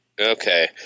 Okay